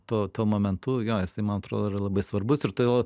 tuo momentu jojęs įmantrų yra labai svarbus ir todėl